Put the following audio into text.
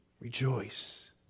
rejoice